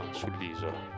sull'isola